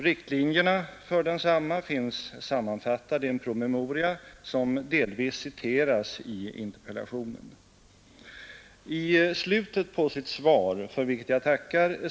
Riktlinjerna för densamma finns sammanfattade i en promemoria, som delvis citeras i interpellationen. I slutet på sitt svar, för vilket jag tackar.